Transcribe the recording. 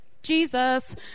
Jesus